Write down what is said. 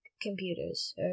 computers